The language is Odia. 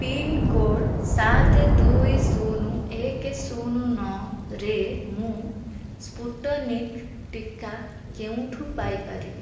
ପିନ୍କୋଡ଼୍ ସାତେ ଦୁଇ ଶୂନ ଏକେ ଶୂନ ନଅ ରେ ମୁଁ ସ୍ପୁଟନିକ୍ ଟୀକା କେଉଁଠୁ ପାଇ ପାରିବି